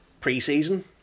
pre-season